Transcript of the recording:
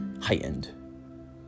heightened